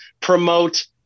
promote